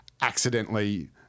accidentally